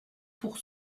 pour